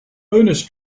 bonus